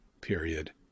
period